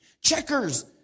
Checkers